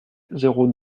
zéro